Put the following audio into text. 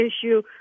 issue